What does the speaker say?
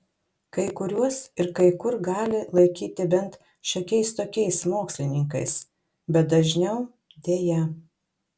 kai kuriuos ir kai kur gali laikyti bent šiokiais tokiais mokslininkais bet dažniau deja